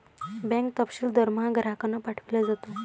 bank तपशील दरमहा ग्राहकांना पाठविला जातो